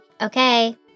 Okay